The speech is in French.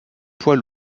poids